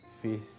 fish